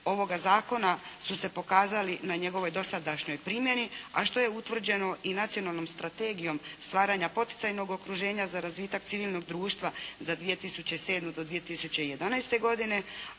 ovoga zakona su se pokazali na njegovoj dosadašnjoj primjeni, a što je utvrđeno i nacionalnom strategijom stvaranja poticajnog okruženja za razvitak civilnog društva za 2007. do 2011. godine,